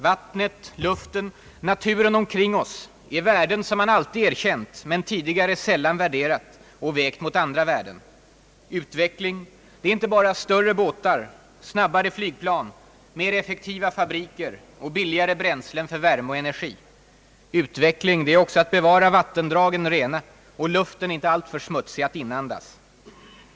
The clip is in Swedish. Vattnet, luften, naturen omkring oss är värden som man alltid er känt men tidigare sällan värderat och vägt mot andra värden, Utveckling — det är inte bara större båtar, snabbare flygplan, mer effektiva fabriker och billigare bränslen för värme och energi. Utveckling — det är också att bevara vattendragen rena och luften inte alltför smutsig att inandas.